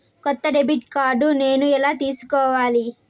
కొత్త debit card నేను ఎలా తీసుకోవాలి?